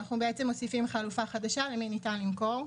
אנחנו בעצם מוסיפים חלופה חדשה למי ניתן למכור.